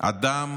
אדם